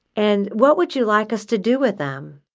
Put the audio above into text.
and what would you like us to do with them?